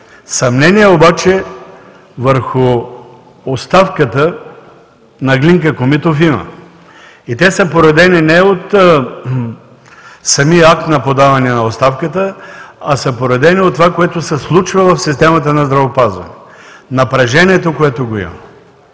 Съмнения обаче върху оставката на Глинка Комитов има, и те са породени не от самия акт на подаване на оставката, а от това, което се случва в системата на здравеопазването, напрежението, което има.